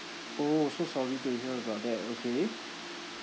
orh so sorry to hear about that okay